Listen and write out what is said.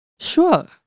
Sure